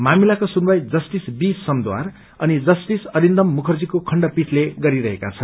मामिलाको सुनवाई justice B Samaddar अनि जस्टिस अरिन्दम मुखर्जीको खण्डपीठले गरिरहेका छन्